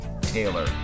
Taylor